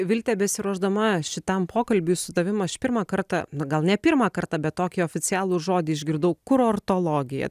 vilte besiruošdama šitam pokalbiui su tavim aš pirmą kartą na gal ne pirmą kartą bet tokį oficialų žodį išgirdau kurortologija